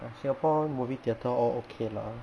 singapore movie theater all okay lah